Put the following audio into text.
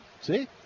See